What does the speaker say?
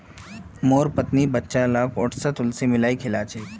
मोर पत्नी बच्चा लाक ओट्सत अलसी मिलइ खिला छेक